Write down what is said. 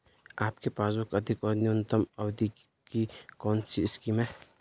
आपके पासबुक अधिक और न्यूनतम अवधि की कौनसी स्कीम है?